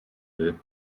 will